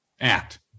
act